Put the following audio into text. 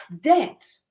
debt